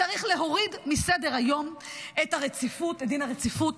צריך להוריד מסדר-היום את דין הרציפות.